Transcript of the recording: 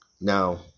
Now